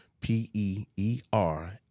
P-E-E-R